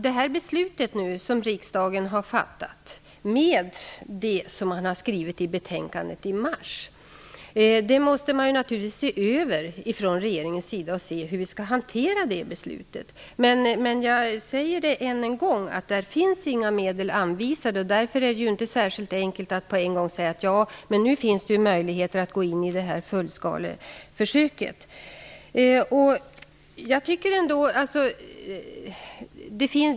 Det beslut som riksdagen har fattat i mars måste man från regeringens sida se över för att se hur vi skall hantera beslutet. Jag säger än en gång att det inte finns några medel anvisade. Därför är det inte särskilt enkelt att gå in i det nämnda fullskaleförsöket.